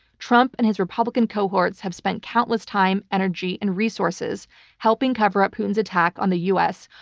trump and his republican cohorts have spent countless time, energy, and resources helping cover up putin's attack on the u. s.